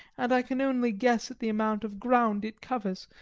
and i can only guess at the amount of ground it covers,